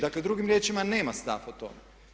Dakle, drugim riječima nema stav o tome.